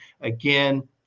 again